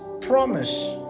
promise